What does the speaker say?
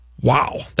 Wow